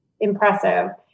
impressive